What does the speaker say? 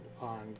on